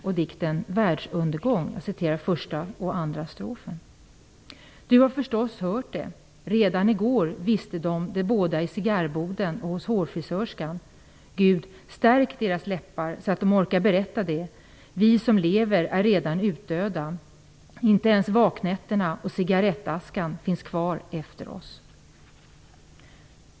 Jag citerar den första och sista strofen: Du har förstås hört det, redan i går visste de det både i cigarrboden och hos hårfrisörskan. Gud, stärk deras läppar, så att de orkar berätta det. Vi som lever är redan utdöda, inte ens vaknätterna och cigarrettaskan finns kvar efter oss.